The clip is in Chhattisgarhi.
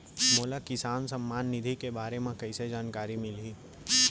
मोला किसान सम्मान निधि के बारे म कइसे जानकारी मिलही?